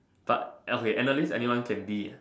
but okay analyst anyone can be ah